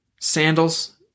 sandals